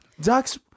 ducks